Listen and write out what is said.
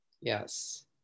Yes